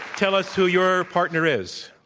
tell us who your partner is.